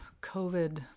COVID